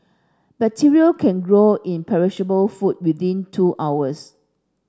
bacteria can grow in perishable food within two hours